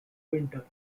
winter